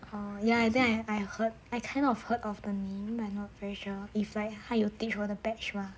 orh ya ya I think I heard I kind of heard of the name but not sure if like 他有 teach 我的 batch 吗